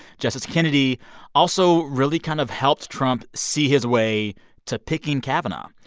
justice kennedy also really kind of helped trump see his way to picking kavanaugh.